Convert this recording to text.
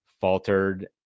faltered